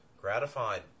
gratified